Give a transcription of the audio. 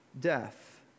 death